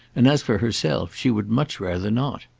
and as for herself she would much rather not.